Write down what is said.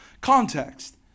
context